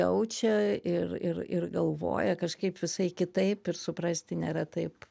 jaučia ir ir ir galvoja kažkaip visai kitaip ir suprasti nėra taip